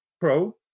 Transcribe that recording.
pro